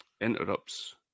interrupts